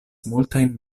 multajn